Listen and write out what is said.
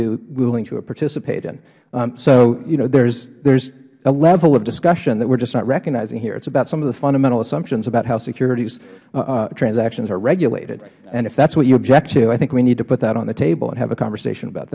be willing to participate in so you know there is a level of discussion that we are just not recognizing here it is about some of the fundamental assumptions about how securities transactions are regulated and if that is what you object to i think we need to put that on the table and have the conversation about